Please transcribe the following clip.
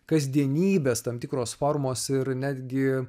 kasdienybės tam tikros formos ir netgi